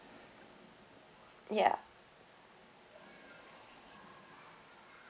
ya